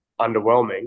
underwhelming